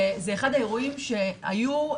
וזה אחד האירועים שהיו,